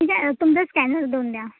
ठीक आहे तुमचं स्कॅनर देऊन द्या